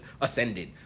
ascended